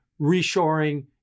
reshoring